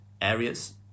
areas